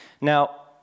Now